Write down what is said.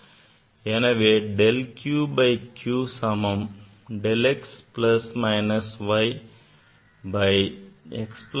எனவே del q by q சமம் del x plus minus y by x plus y